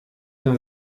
tym